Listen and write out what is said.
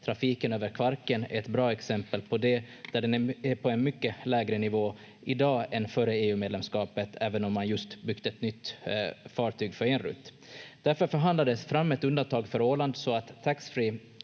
Trafiken över Kvarken är ett bra exempel på det. Den är på en mycket lägre nivå i dag än före EU-medlemskapet, även om man just byggt ett nytt fartyg för en rutt. Därför förhandlades det fram ett undantag för Åland så att